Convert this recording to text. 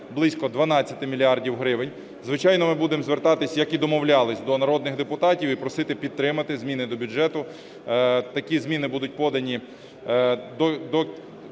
близько 12 мільярдів гривень. Звичайно, ми будемо звертатися, як і домовлялися, до народних депутатів і просити підтримати зміни до бюджету. Такі зміни будуть подані